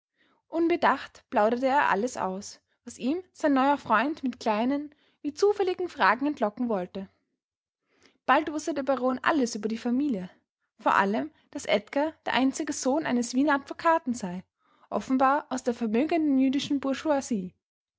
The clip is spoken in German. unbedacht plauderte er alles aus was ihm sein neuer freund mit kleinen wie zufälligen fragen entlocken wollte bald wußte der baron alles über die familie vor allem daß edgar der einzige sohn eines wiener advokaten sei offenbar aus der vermögenden jüdischen